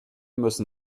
müssen